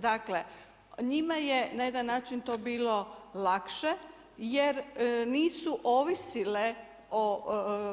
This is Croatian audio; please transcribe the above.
Dakle njima je na jedan način to bilo lakše jer nisu ovisile